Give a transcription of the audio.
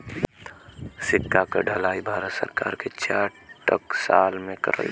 सिक्का क ढलाई भारत सरकार के चार टकसाल में करल जाला